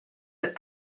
that